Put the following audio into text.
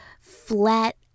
flat